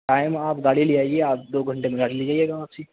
time آپ گاڑی لے آئیے آپ دو گھنٹے میں گاڑی لے جائیے گا واپسی